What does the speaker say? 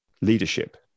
leadership